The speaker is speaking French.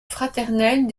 fraternelle